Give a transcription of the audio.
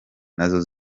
nazo